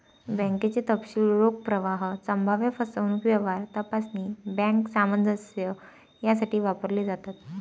बँकेचे तपशील रोख प्रवाह, संभाव्य फसवणूक, व्यवहार तपासणी, बँक सामंजस्य यासाठी वापरले जातात